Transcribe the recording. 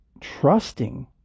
trusting